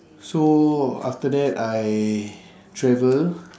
so after that I travel